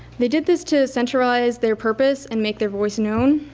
they did this to centralize their purpose and make their voice known.